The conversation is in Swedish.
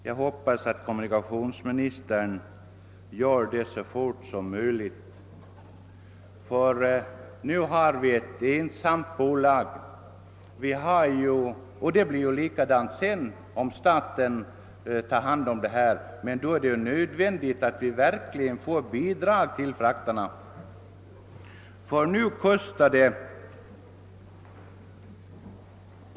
Jag hoppas att han gör det så snart som möjligt. Nu har vi ett enda bolag. Det blir på samma sätt sedan, om staten tar hand om det hela, men då är det nödvändigt att vi verkligen får bidrag till frakterna.